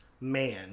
man